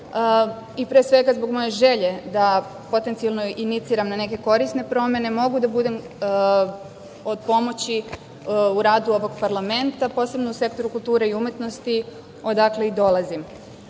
i pre svega zbog moje želje da potencijalno iniciram na neke korisne promene mogu da budem od pomoći u radu ovog parlamenta, posebno u sektoru kulture i umetnosti, odakle i dolazim. Brojne